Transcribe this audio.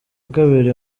kabiri